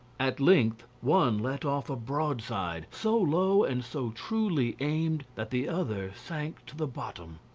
at length one let off a broadside, so low and so truly aimed, that the other sank to the bottom.